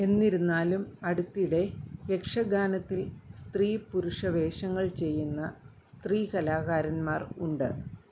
എന്നിരുന്നാലും അടുത്തിടെ യക്ഷഗാനത്തിൽ സ്ത്രീ പുരുഷ വേഷങ്ങൾ ചെയ്യുന്ന സ്ത്രീ കലാകാരന്മാർ ഉണ്ട്